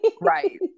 Right